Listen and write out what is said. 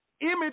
Image